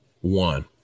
One